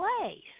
place